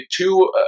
two